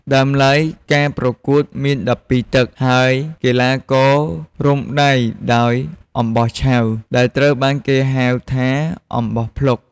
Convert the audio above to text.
ដើមឡើយការប្រកួតមាន ១២ ទឹក ហើយកីឡាកររុំដៃដោយអំបោះឆៅ ដែលត្រូវបានគេហៅថា "អំបោះភ្លុក"។